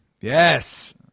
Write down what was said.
yes